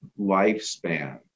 lifespan